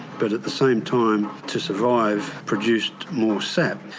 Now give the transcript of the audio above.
but at the same time, to survive, produced more sap.